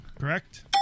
Correct